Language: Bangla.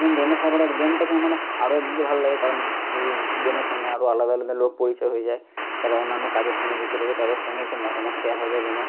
এবং গেমে সবার আগে গেমটাকে মনে হয় আরো একদিক দিয়ে ভালো লাগে কারণ গেমের সঙ্গে আরো আলাদা আলাদা লোক পরিচয় হয়ে যায় যারা অন্যান্য কাজের সঙ্গে যুক্ত রয়ে যায় তাদের সঙ্গে একটা মতামত শেয়ার হয়ে যায় গেমে